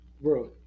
Bro